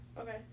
okay